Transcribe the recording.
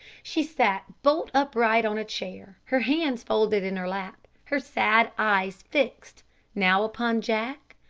she sat bolt upright on a chair, her hands folded in her lap, her sad eyes fixed now upon jack,